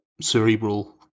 cerebral